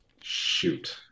shoot